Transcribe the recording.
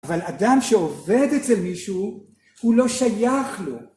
אבל אדם שעובד אצל מישהו, הוא לא שייך לו.